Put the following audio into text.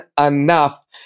enough